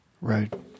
Right